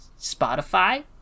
Spotify